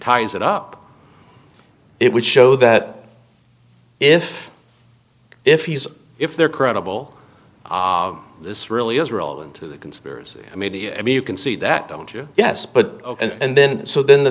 ties it up it would show that if if he's if they're credible this really is relevant to the conspiracy i mean i mean you can see that don't you yes but and then so then the